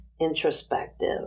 introspective